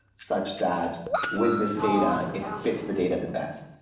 such that with this data, it fits the date of the best?